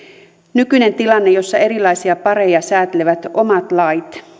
nykyinen tilanne jossa erilaisia pareja säätelevät omat lait